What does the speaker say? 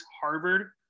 Harvard